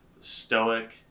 stoic